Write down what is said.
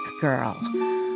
girl